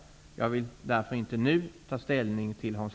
Jag vill därför inte nu ta ställning till Hans